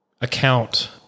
account